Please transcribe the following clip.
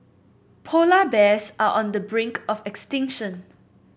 polar bears are on the brink of extinction